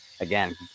Again